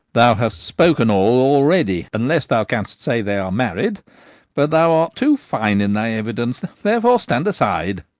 thou hast spoken all already, unless thou canst say they are married but thou art too fine in thy evidence therefore stand aside.